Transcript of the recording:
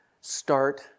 start